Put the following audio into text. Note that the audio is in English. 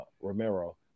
Romero